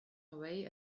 away